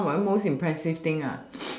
know my most impressive thing